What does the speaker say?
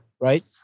right